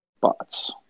bots